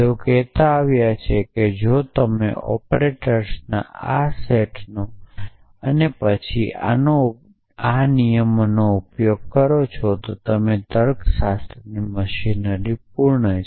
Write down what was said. તેઓ કહેતા આવ્યા છે કે જો તમે ઑપરેટર્સના આ સેટનો અને પછીનો આ નિયમનો ઉપયોગ કરો છો તો તમારી તર્કશાસ્ત્ર મશીનરી પૂર્ણ છે